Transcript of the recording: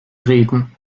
reden